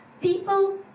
people